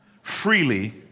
freely